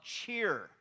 cheer